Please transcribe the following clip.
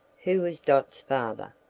who was dot's father.